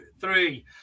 three